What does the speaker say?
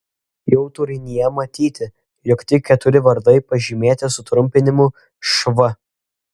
jau turinyje matyti jog tik keturi vardai pažymėti sutrumpinimu šv